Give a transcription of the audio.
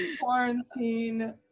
Quarantine